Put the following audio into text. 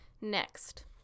next